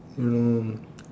you know